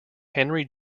henry